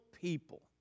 people